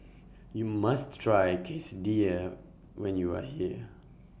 YOU must Try Quesadillas when YOU Are here